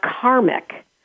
karmic